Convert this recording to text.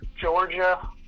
Georgia